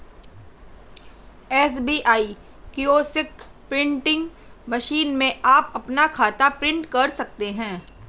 SBI kiosk printing machine में आप अपना खाता प्रिंट करा सकते हैं